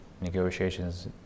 negotiations